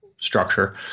structure